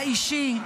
האישי,